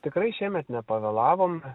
tikrai šiemet nepavėlavome